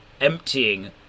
emptying